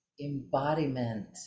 embodiment